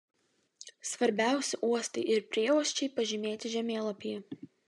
svarbiausi uostai ir prieuosčiai pažymėti žemėlapyje